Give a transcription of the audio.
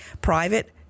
private